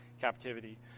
captivity